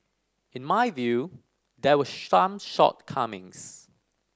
in my view there were some shortcomings